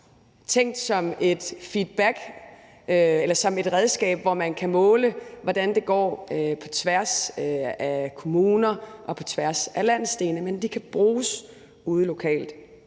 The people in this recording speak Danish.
ikke kun er tænkt som et redskab, hvor man kan måle, hvordan det går på tværs af kommuner og på tværs af landsdele, men at de kan bruges ude lokalt.